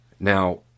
Now